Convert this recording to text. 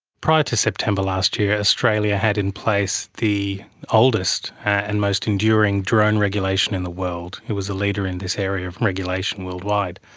prior to september last year, australia had in place the oldest and most enduring drone regulation in the world, it was a leader in this area of regulation worldwide.